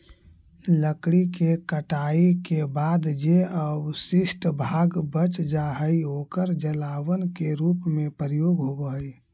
लकड़ी के कटाई के बाद जे अवशिष्ट भाग बच जा हई, ओकर जलावन के रूप में प्रयोग होवऽ हई